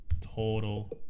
total